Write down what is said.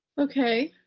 okay.